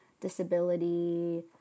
disability